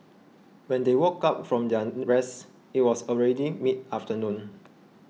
when they woke up from their rest it was already mid afternoon